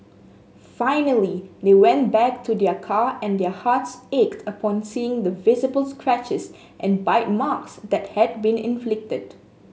finally they went back to their car and their hearts ached upon seeing the visible scratches and bite marks that had been inflicted